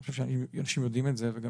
אני חושב שאנשים יודעים את זה וגם